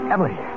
Emily